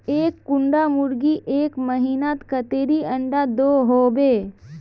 एक कुंडा मुर्गी एक महीनात कतेरी अंडा दो होबे?